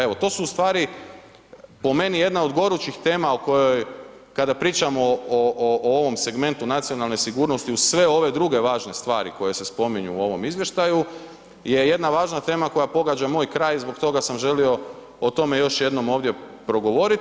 Evo, to su u stvari po meni jedna od gorućih tema o kojoj kada pričamo o ovom segmentu nacionalne sigurnosti uz sve ove druge važne stvari koje se spominju u ovom izvještaju, je jedna važna tema koja pogađa moj kraj i zbog toga sam želio o tome još jednom ovdje progovoriti.